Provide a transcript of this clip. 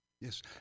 Yes